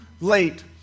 late